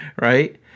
Right